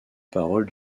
parole